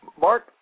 Mark